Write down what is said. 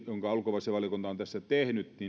ulkoasiainvaliokunta on tässä tehnyt myöskin